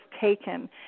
taken